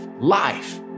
life